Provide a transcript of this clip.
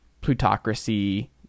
plutocracy